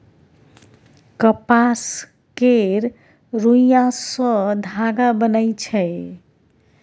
कपास केर रूइया सँ धागा बनइ छै